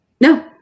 No